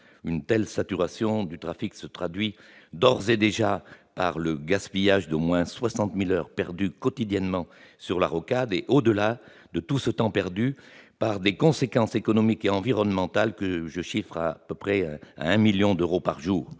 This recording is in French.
Une telle saturation du trafic se traduit d'ores et déjà par le gaspillage d'au moins 60 000 heures, perdues quotidiennement sur la rocade, et, au-delà, par des conséquences économiques et environnementales dont je chiffre le coût à près de 1 million d'euros par jour.